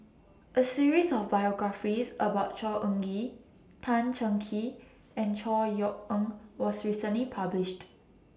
A series of biographies about Khor Ean Ghee Tan Cheng Kee and Chor Yeok Eng was recently published